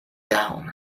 down